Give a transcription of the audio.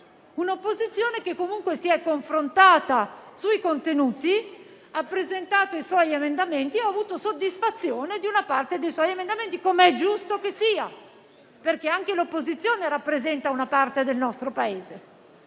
un'opposizione che comunque si è confrontata sui contenuti, ha presentato i suoi emendamenti e ha avuto soddisfazione per una parte di essi, come è giusto che sia. Anche l'opposizione rappresenta, infatti, una parte del nostro Paese.